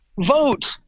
vote